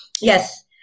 yes